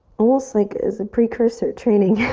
almost like as a precursor training